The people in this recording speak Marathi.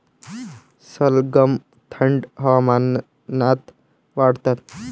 सलगम थंड हवामानात वाढतात